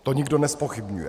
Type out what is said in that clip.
To nikdo nezpochybňuje.